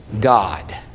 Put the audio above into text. God